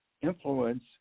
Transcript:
influence